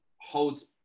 Holds